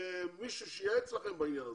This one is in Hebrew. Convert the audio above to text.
מישהו שייעץ לכם בעניין הזה.